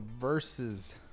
versus